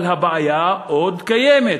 אבל הבעיה עוד קיימת,